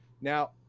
Now